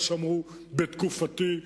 אף אחד לא מנסה להגיד מה שאמרו בתקופתי,